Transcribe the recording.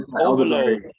overload